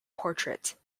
portrait